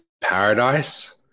Paradise